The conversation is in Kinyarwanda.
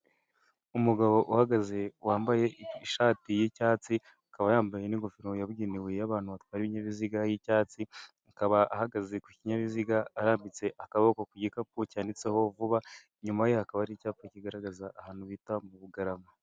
Umugabo uhagaze wambaye ishati y'icyatsi akaba yambaye n'ingofero yabugenewe y'abantu batwara ibinyabiziga y'icyatsi, akaba ahagaze ku kinyabiziga arambitse akaboko ku gikapu cyanditseho vuba, inyuma ye hakaba hari icyapa kigaragaza ahantu bita mu Bugarama.